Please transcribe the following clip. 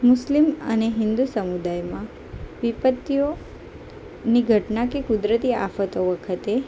મુસ્લિમ અને હિન્દુ સમુદાયમાં વિપત્તિઓની ઘટના કે કુદરતી આફતો વખતે